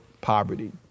poverty